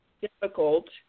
difficult